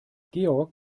georg